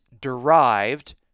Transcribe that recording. derived